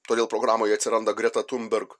todėl programoje atsiranda greta thunberg